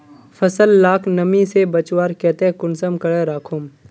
फसल लाक नमी से बचवार केते कुंसम करे राखुम?